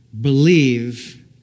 believe